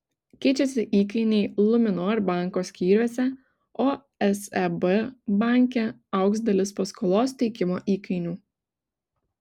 keičiasi įkainiai luminor banko skyriuose o seb banke augs dalis paskolos teikimo įkainių